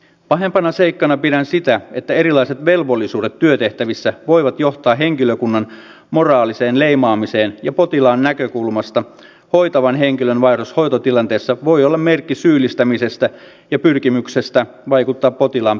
pahempana seikkana pidän sitä että erilaiset velvollisuudet työtehtävissä voivat johtaa henkilökunnan moraaliseen leimaamiseen ja potilaan näkökulmasta hoitavan henkilön vaihdos hoitotilanteessa voi olla merkki syyllistämisestä ja pyrkimyksestä vaikuttaa potilaan päätökseen